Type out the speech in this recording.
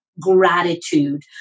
gratitude